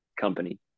company